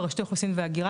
לרשות האוכלוסין וההגירה,